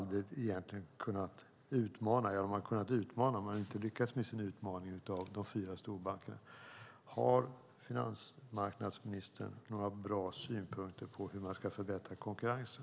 De har kunnat utmana, men de har inte lyckats med sin utmaning av de fyra storbankerna. Har finansmarknadsministern några bra synpunkter på hur man ska förbättra konkurrensen?